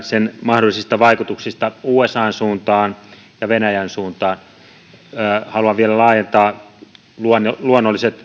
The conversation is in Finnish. sen mahdollisia vaikutuksia usan suuntaan ja venäjän suuntaan ja kysyi niistä ministeriltä haluan vielä laajentaa luonnollisiin